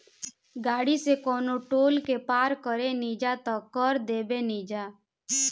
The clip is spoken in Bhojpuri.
गाड़ी से कवनो टोल के पार करेनिजा त कर देबेनिजा